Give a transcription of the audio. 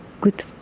good